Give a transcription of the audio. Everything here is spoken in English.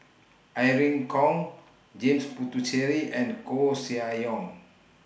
Irene Khong James Puthucheary and Koeh Sia Yong